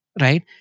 right